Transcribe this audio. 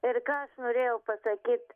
ir ką aš norėjau pasakyt